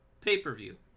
pay-per-view